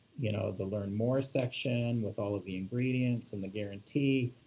you know, the learn more section with all of the ingredients and the guarantee.